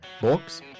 books